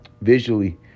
visually